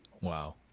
Wow